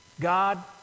God